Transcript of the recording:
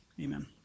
amen